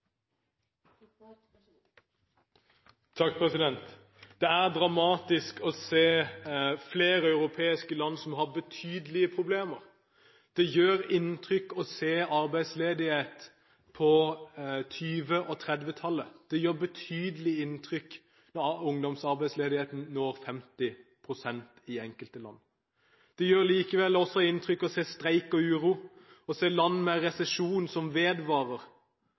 dramatisk å se flere europeiske land som har betydelige problemer. Det gjør inntrykk å se arbeidsledighet på 20- og 30-tallet. Det gjør betydelig inntrykk når ungdomsarbeidsledigheten når 50 pst. i enkelte land. Det gjør også inntrykk å se streik og uro, å se land med resesjon som vedvarer.